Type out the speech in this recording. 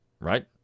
right